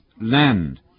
land